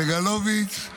סגלוביץ',